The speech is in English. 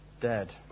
dead